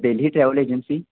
Delhi travel agency